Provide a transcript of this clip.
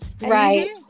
Right